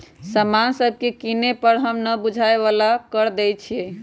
समान सभके किने पर हम न बूझाय बला कर देँई छियइ